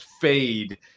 fade